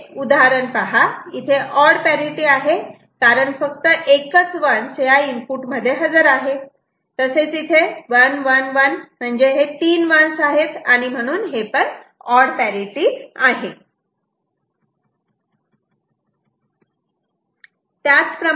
हे उदाहरण पहा इथे ऑड पॅरिटि आहे कारण फक्त एकच 1's या इनपुट मध्ये हजर आहे तसेच इथे 1 1 1 मध्ये तीन 1's आहे आणि म्हणून हे पण ऑड पॅरिटि आहे